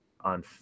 on